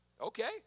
Okay